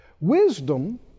Wisdom